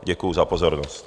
Děkuji za pozornost.